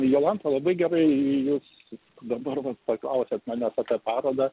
jolanta labai gerai jūs dabar va paklausėt manęs apie parodą